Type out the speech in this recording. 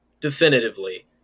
definitively